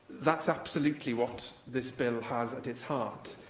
that's absolutely what this bill has at its heart.